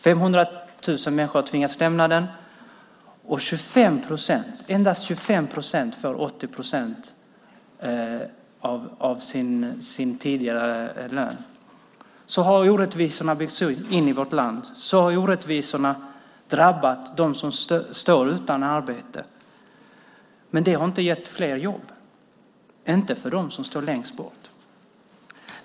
500 000 människor har tvingats lämna den, och endast 25 procent får 80 procent av sin tidigare lön. Orättvisorna har byggts in i vårt land. Orättvisorna har drabbat dem som står utan arbete. Men det har inte gett fler jobb för dem som står längst bort.